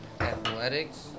athletics